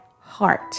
heart